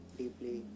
deeply